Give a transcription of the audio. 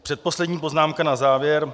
Předposlední poznámka na závěr.